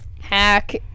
hack